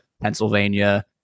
Pennsylvania